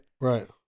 Right